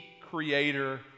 creator